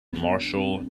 marshall